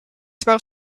about